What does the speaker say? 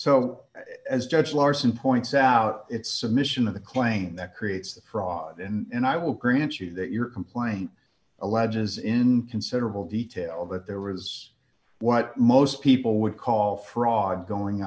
so as judge larsen points out it's submission of the claim that creates the fraud and i will grant you that your complaint alleges in considerable detail that there was what most people would call fraud going